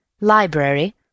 library